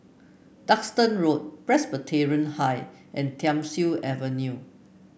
Duxton Road Presbyterian High and Thiam Siew Avenue